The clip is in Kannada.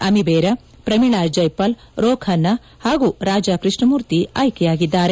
ಅಮಿಬೇರಾ ಪ್ರಮೀಳಾ ಜೈಪಾಲ್ ರೋ ಖನ್ನಾ ಹಾಗೂ ರಾಜ ಕೃಷ್ಣಮೂರ್ತಿ ಆಯ್ಕೆಯಾಗಿದ್ದಾರೆ